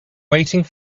waiting